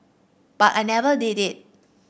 but I never did it